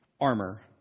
armor